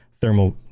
thermal